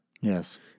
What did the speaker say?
Yes